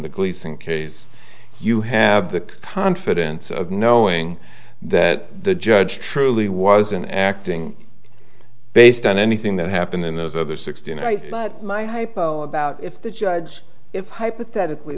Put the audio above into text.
gleason case you have the confidence of knowing that the judge truly was an acting based on anything that happened in those other sixteen but my hypo about if the judge if hypothetically